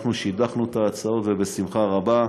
אנחנו שידכנו את ההצעות בשמחה רבה.